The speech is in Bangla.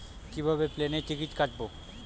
কিভাবে প্লেনের টিকিট কাটব?